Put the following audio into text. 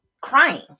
crying